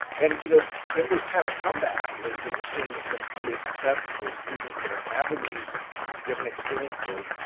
and you know in this kind of come back is that we're seeing some early success with students that are having these different experiences,